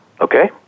Okay